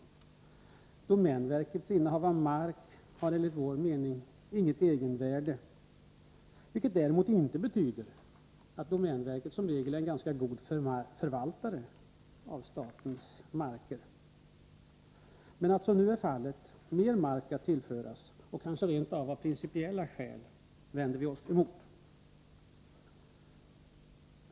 Domänverkets innehav av mark har enligt vår mening inget egenvärde, vilket inte betyder att inte domänverket som regel är en god förvaltare av statens mark. Men att, som det nu är fråga om, av principiella skäl tillföra domänverket mer mark motsätter vi oss.